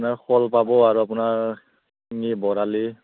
আপোনাৰ শ'ল পাব আৰু আপোনাৰ শিঙি বৰালি